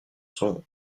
sont